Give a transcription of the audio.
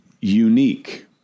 unique